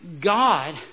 God